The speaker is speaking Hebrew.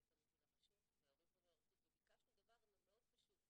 אני פניתי לרשות וההורים פנו לרשות וביקשנו דבר מאוד פשוט,